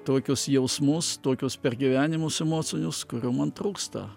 tokius jausmus tokius pergyvenimus emocinius kurių man trūksta